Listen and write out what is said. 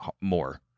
more